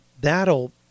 That'll